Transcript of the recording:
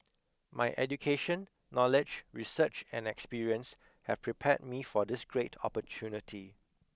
my education knowledge research and experience have prepared me for this great opportunity